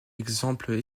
exemples